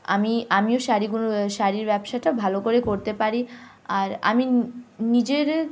আমি আমিও শাড়িগুলো শাড়ির ব্যবসাটা ভালো করে করতে পারি আর আমি নিজ নিজের